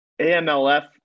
AMLF